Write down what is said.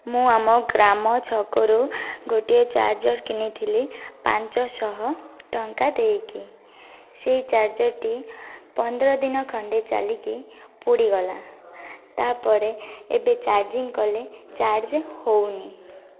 ମୁଁ ଆମ ଗ୍ରାମ ଛକରୁ ଗୋଟିଏ ଚାର୍ଜର୍ କିଣିଥିଲି ପାଞ୍ଚଶହ ଟଙ୍କା ଦେଇକି ସେଇ ଚାର୍ଜର୍ ଟି ପନ୍ଦର ଦିନ ଖଣ୍ଡେ ଚାଲିକି ପୁଡ଼ିଗଲା ତା'ପରେ ଏବେ ଚାର୍ଜିଂ କଲେ ଚାର୍ଜ ହେଉନି